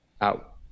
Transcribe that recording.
out